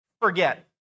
forget